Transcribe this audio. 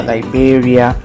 Liberia